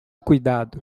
cuidado